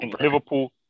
Liverpool